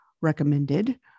recommended